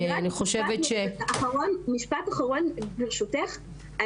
משפט אחרון ברשותך,